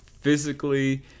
physically